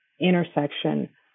intersection